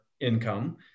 income